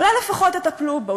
אולי לפחות תטפלו בו?